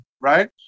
right